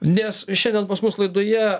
nes šiandien pas mus laidoje